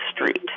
Street